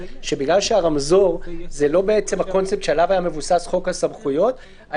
שבגלל שהרמזור זה לא הקונספט עליו היה מבוסס חוק הסמכויות,